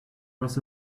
was